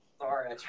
Sorry